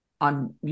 on